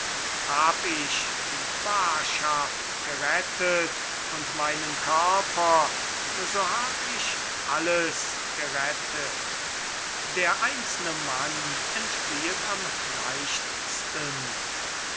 hab ich die barschaft gerettet und meinen körper so hab ich alles gerettet der einzelne mann entfliehet am leichtsten